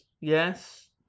Yes